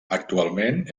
actualment